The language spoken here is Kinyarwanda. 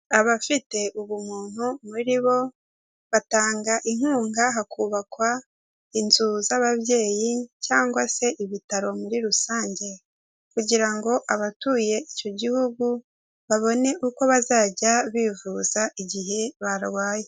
Abafite ubumuntu muri bo, batanga inkunga hakubakwa inzu z'ababyeyi cyangwa se ibitaro muri rusange, kugira ngo abatuye icyo gihugu babone uko bazajya bivuza igihe barwaye.